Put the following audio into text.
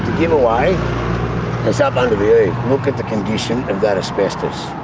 giveaway is ah but look at the condition of that asbestos.